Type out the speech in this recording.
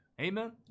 Amen